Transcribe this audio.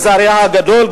לצערי הגדול,